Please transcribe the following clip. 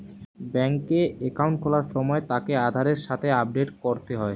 বেংকে একাউন্ট খোলার সময় তাকে আধারের সাথে আপডেট করতে হয়